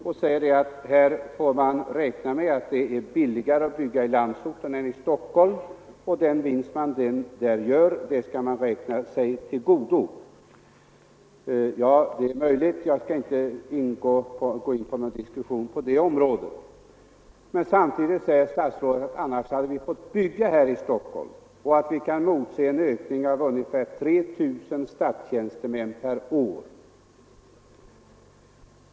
Statsrådet sade att man får räkna med att det är billigare att bygga i landsorten än i Stockholm och att man skall räkna sig till godo den vinst man gör. Ja, det är möjligt, och jag skall inte gå in på någon diskussion på det området. Samtidigt sade statsrådet att vi, om utflyttning inte sker, får bygga här i Stockholm, och han sade vidare att vi kan motse en ökning med ungefär 3 000 statstjänstemän per år.